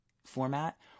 format